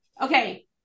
Okay